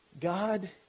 God